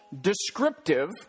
descriptive